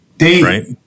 right